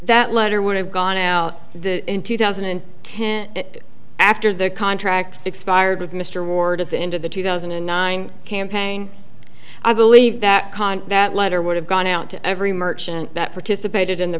that letter would have gone out the in two thousand and ten after the contract expired with mr ward at the end of the two thousand and nine campaign i believe that con that letter would have gone out to every merchant that participated in the